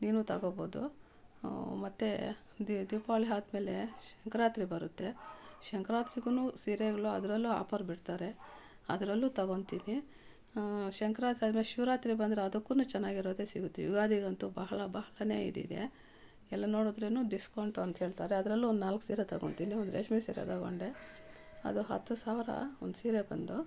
ನೀನು ತಗೊಬೋದು ಮತ್ತು ದೀಪಾವಳಿ ಆದ್ಮೇಲೆ ಸಂಕ್ರಾಂತಿ ಬರುತ್ತೆ ಸಂಕ್ರಾಂತಿಗು ಸೀರೆಗಳು ಅದರಲ್ಲೂ ಆಫರ್ ಬಿಡ್ತಾರೆ ಅದರಲ್ಲೂ ತಗೊತಿನಿ ಸಂಕ್ರಾಂತಿ ಆದ್ಮೇಲೆ ಶಿವರಾತ್ರಿ ಬಂದ್ರೆ ಅದಕ್ಕು ಚೆನ್ನಾಗಿರೋದೆ ಸಿಗುತ್ತೆ ಯುಗಾದಿಗಂತು ಬಹಳ ಬಹಳ ಇದಿದೆ ಎಲ್ಲಿ ನೋಡಿದ್ರು ಡಿಸ್ಕೌಂಟ್ ಒಂದು ಕೇಳ್ತಾರೆ ಅದರಲ್ಲು ಒಂದು ನಾಲ್ಕು ಸೀರೆ ತಗೊತಿನಿ ಒಂದು ರೇಷ್ಮೆ ಸೀರೆ ತಗೊಂಡೆ ಅದು ಹತ್ತು ಸಾವಿರ ಒಂದು ಸೀರೆ ಬಂದು